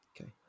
Okay